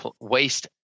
waste